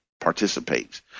participates